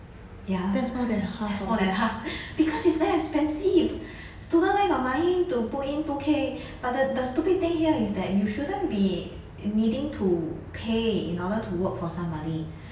ya that's more than half because it's very expensive student where got money to put in two K but the the stupid thing here is that you shouldn't be needing to pay in order to work for somebody